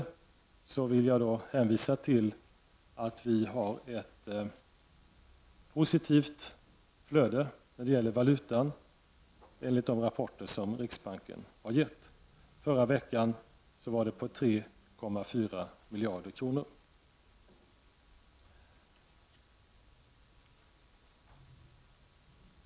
Jag vill hänvisa till att vi enligt riksbankens rapporter har ett positivt valutaflöde. Inflödet uppgick förra veckan till 3,4 miljarder kronor.